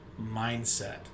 mindset